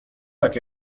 tak